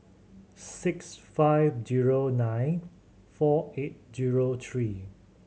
six five zero nine four eight zero three